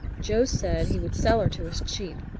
joe said he would sell her to us cheap.